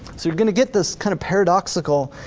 so you're gonna get this kind of paradoxical